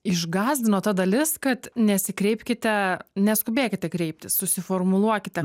išgąsdino ta dalis kad nesikreipkite neskubėkite kreiptis susiformuluokite